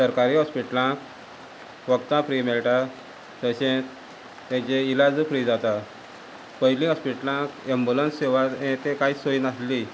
सरकारी हॉस्पिटलांक वखदां फ्री मेळटा तशेंच तेजें इलाजू फ्री जाता पयलीं हॉस्पिटलांक एम्बुलन्स सेवा हें तें कांयच सोयी नासली